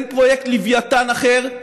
אין פרויקט לוויתן אחר,